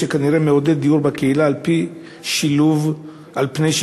שכנראה מעודד דיור בקהילה על פני שילוב במוסדות.